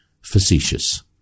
facetious